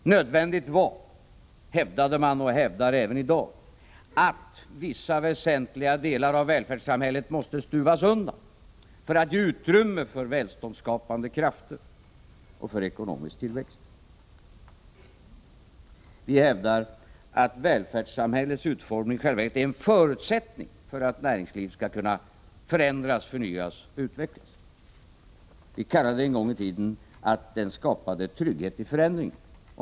Man hävdade — och hävdar även i dag — att det var nödvändigt att vissa väsentliga delar av välfärdssamhället måste stuvas undan för att ge utrymme för välståndsskapande krafter och för ekonomisk tillväxt. Vi hävdar att välfärdssamhällets utformning i sig själv är en förutsättning för att näringslivet skall kunna förändras, förnyas och utvecklas. Vi kallade det en gång i tiden att den skapade trygghet i förändringen.